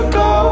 go